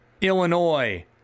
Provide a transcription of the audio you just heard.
Illinois